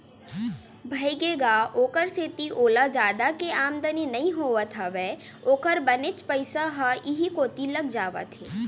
भइगे गा ओखरे सेती ओला जादा के आमदानी नइ होवत हवय ओखर बनेच पइसा ह इहीं कोती लग जावत हे